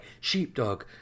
Sheepdog